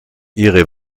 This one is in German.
ihre